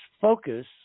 focus